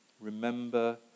Remember